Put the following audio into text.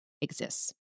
exists